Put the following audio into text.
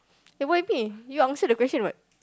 eh why me you answer the question [what]